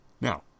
Now